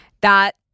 That-